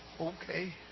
Okay